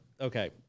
okay